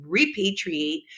repatriate